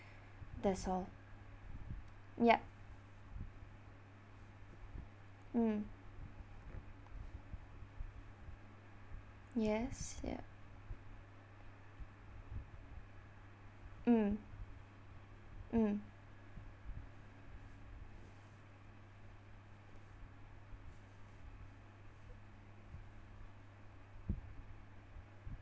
that's all yup mm yes ya mm mm